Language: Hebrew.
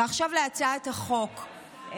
ועכשיו להצעת החוק.